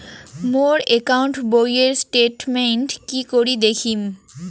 মোর account বইয়ের statement কি করি দেখিম?